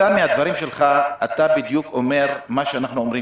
בדבריך אתה בדיוק אומר את מה שאנחנו אומרים